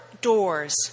doors